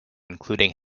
including